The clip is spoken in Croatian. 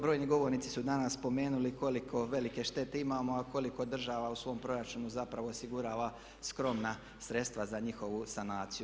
Brojni govornici su danas spomenuli koliko velike štete imamo, a koliko država u svom proračunu zapravo osigurava skromna sredstva za njihovu sanaciju.